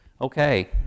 Okay